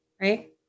right